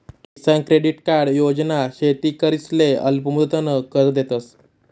किसान credit card योजना शेतकरीसले अल्पमुदतनं कर्ज देतस